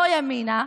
לא ימינה,